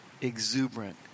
exuberant